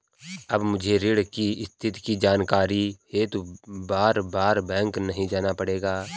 अब मुझे ऋण की स्थिति की जानकारी हेतु बारबार बैंक नहीं जाना पड़ेगा